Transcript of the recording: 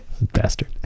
bastard